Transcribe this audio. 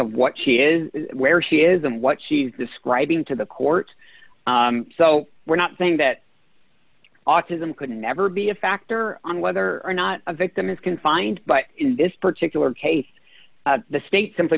of what she is where she is and what she's describing to the court so we're not saying that autism could never be a factor on whether or not a victim is confined but in this particular case the state simply